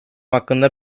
hakkında